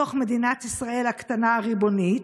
לתוך מדינת ישראל הקטנה הריבונית.